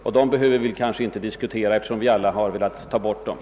Dessa behöver vi alltså inte diskutera i dag eftersom vi alla bidragit till att ta bort dem.